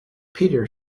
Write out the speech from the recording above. peter